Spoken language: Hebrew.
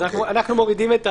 אנחנו מורידים,